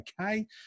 okay